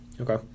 Okay